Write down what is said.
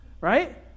Right